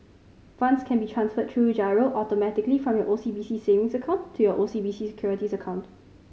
funds can be transferred through giro automatically from your O C B C savings account to your O C B C Securities account